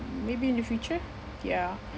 maybe in the future ya